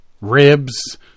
ribs